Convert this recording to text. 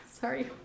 sorry